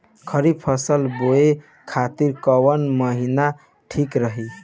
खरिफ फसल बोए खातिर कवन महीना ठीक रही?